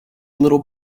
little